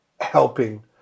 helping